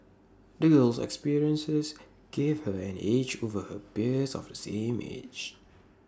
the girl's experiences gave her an edge over her peers of the same age